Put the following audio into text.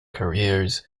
careers